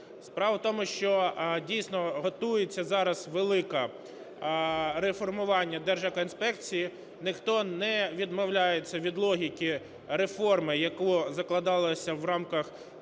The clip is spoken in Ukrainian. Справа в тому, що дійсно готується зараз велике реформування Держекоінспекції. Ніхто не відмовляється від логіки реформи, яка закладалася в рамках